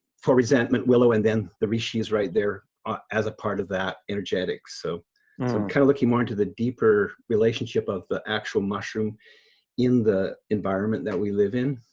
for resentment willow and then the reishi is right there as a part of that energetics. so i'm kind of looking more into the deeper relationship of the actual mushroom in the environment that we live in.